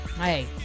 Hey